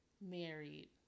married